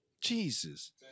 Jesus